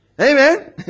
Amen